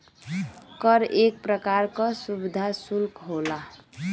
कर एक परकार का सुविधा सुल्क होला